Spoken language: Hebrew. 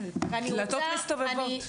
כן, דלתות מסתובבות.